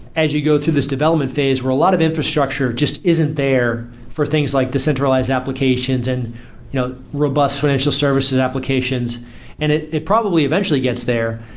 as you go through this development phase where a lot of infrastructure just isn't there for things like decentralized applications and you know robust financial services applications and it it probably eventually gets there,